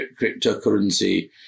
cryptocurrency